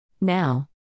Now